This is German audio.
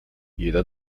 jeder